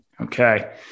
okay